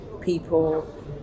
people